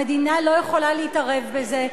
המדינה לא יכולה להתערב בזה.